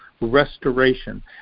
restoration